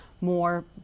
more